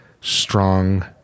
strong